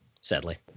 sadly